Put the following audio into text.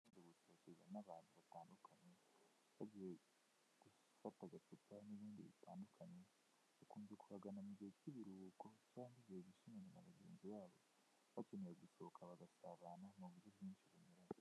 Akabari kazamo abantu batandukanye bagiye gufata agacupa n'ibindi bitandukanye bakunze kuhagana mu gihe k'ibiruhuko cyangwa igihe bishimanye n'abagenzi babo bakeneye gusohoka bagasabana mu buryo bwinshi bunyuranye.